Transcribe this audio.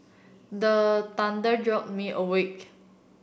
the jolt me awake